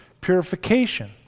purification